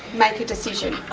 make a decision,